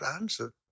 answer